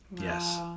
Yes